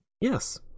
Yes